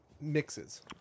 mixes